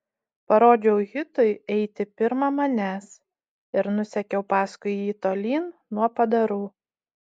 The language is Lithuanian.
parodžiau hitui eiti pirma manęs ir nusekiau paskui jį tolyn nuo padarų